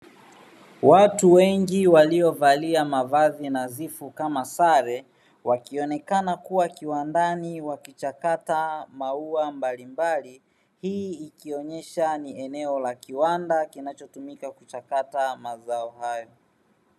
Watu wengi waliovalia mavazi nadhifu kama sare, wakionekana kuwa kiwandani wakichakata maua mbalimbali, hii ikionyesha ni eneo la kiwanda, kinachotumika kuchakata mazao hayo.